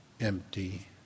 empty